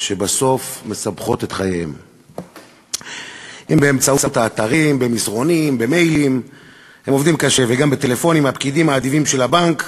השבוע התפרסמה כתבה בערוץ 10 על הפיתויים והתחבולות של הבנקים,